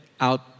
out